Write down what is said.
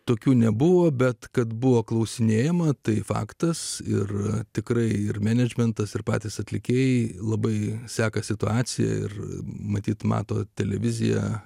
tokių nebuvo bet kad buvo klausinėjama tai faktas ir tikrai ir menedžmentas ir patys atlikėjai labai seka situaciją ir matyt mato televiziją